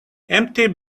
empty